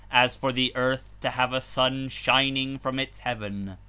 as for the earth to have a sun shining from its heaven.